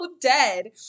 dead